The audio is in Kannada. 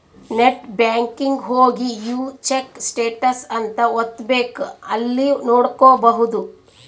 ನೆಟ್ ಬ್ಯಾಂಕಿಂಗ್ ಹೋಗಿ ವ್ಯೂ ಚೆಕ್ ಸ್ಟೇಟಸ್ ಅಂತ ಒತ್ತಬೆಕ್ ಅಲ್ಲಿ ನೋಡ್ಕೊಬಹುದು